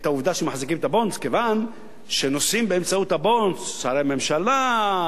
שמחזיקים את "הבונדס" כיוון שנוסעים באמצעות "הבונדס" שרי ממשלה,